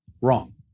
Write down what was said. Wrong